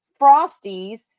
Frosties